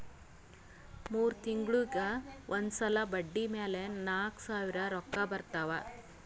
ಮೂರ್ ತಿಂಗುಳಿಗ್ ಒಂದ್ ಸಲಾ ಬಡ್ಡಿ ಮ್ಯಾಲ ನಾಕ್ ಸಾವಿರ್ ರೊಕ್ಕಾ ಬರ್ತಾವ್